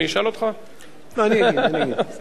התשע"ב 2012, לדיון מוקדם בוועדת הכלכלה נתקבלה.